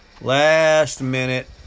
Last-minute